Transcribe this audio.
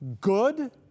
good